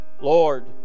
Lord